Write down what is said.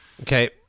Okay